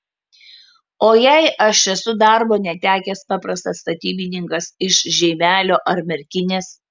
o jei aš esu darbo netekęs paprastas statybininkas iš žeimelio ar merkinės